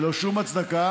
ללא שום הצדקה,